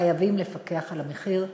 חייבים לפקח על המחיר,